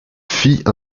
fit